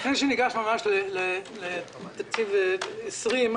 לפני שניגש ממש לתקציב 2020,